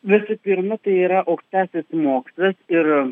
visų pirma tai yra aukštasis mokslas ir